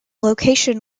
location